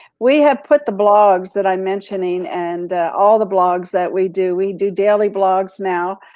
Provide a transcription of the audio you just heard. we have put the blogs that i'm mentioning and all the blogs that we do, we do daily blogs now,